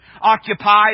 occupy